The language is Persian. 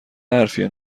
حرفیه